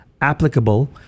applicable